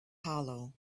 hollow